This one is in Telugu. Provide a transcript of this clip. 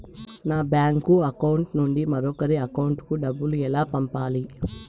నా బ్యాంకు అకౌంట్ నుండి మరొకరి అకౌంట్ కు డబ్బులు ఎలా పంపాలి